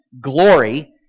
Glory